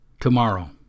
tomorrow